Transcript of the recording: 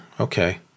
okay